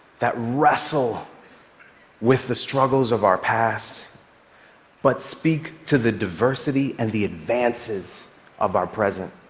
that wrestle with the struggles of our past but speak to the diversity and the advances of our present.